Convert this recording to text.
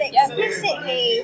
Explicitly